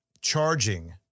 charging